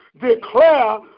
declare